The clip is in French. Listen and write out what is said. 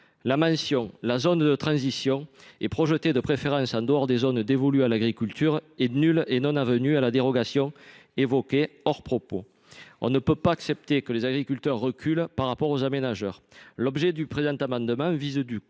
la mention « La zone de transition est projetée de préférence en dehors des zones dévolues à l’agriculture » est nulle et non avenue et la dérogation évoquée hors de propos. On ne saurait accepter que les agriculteurs subissent un recul par rapport aux aménageurs. Le présent amendement a donc